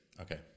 Okay